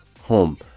home